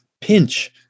pinch